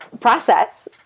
process